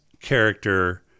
character